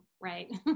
right